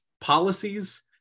policies